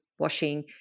washing